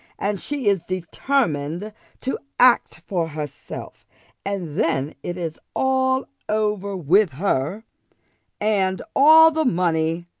and she is determined to act for herself and then it is all over with her and all the money,